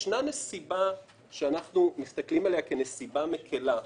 ישנה נסיבה שאנחנו מסתכלים עליה כנסיבה מקילה,